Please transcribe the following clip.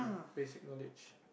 basic knowledge